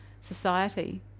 society